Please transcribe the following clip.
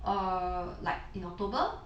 err like in october